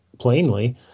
Plainly